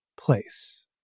place